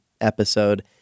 episode